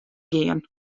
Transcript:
gean